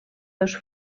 dos